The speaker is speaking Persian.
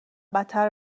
بدتر